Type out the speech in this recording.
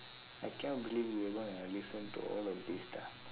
I can't believe that you're going to listen to all of these ah